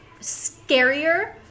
scarier